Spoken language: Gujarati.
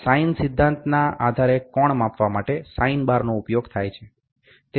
સાઇન સિદ્ધાંતના આધારે કોણ માપવા માટે સાઇન બારનો ઉપયોગ થાય છે